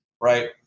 right